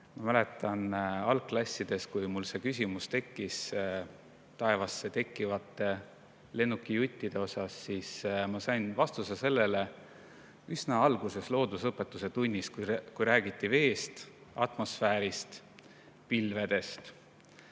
Ma mäletan, et algklassides, kui mul tekkis see küsimus taevasse tekkivate lennukijuttide kohta, siis ma sain vastuse sellele üsna alguses loodusõpetuse tunnis, kui räägiti veest, atmosfäärist, pilvedest.